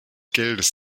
geldes